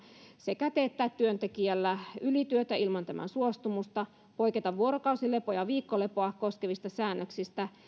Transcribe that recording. sekä teettää työntekijällä ylityötä ilman tämän suostumusta poiketa vuorokausilepoa ja viikkolepoa koskevista säännöksistä